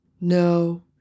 No